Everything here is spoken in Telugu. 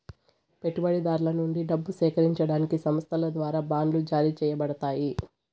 పెట్టుబడిదారుల నుండి డబ్బు సేకరించడానికి సంస్థల ద్వారా బాండ్లు జారీ చేయబడతాయి